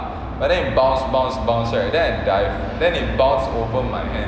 but then it bounce bounce bounce right then I dived then it bounced over my hand